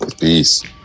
Peace